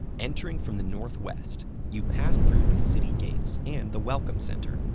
entering from the northwest, you pass through the city gates and the welcome center,